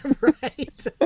Right